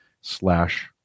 slash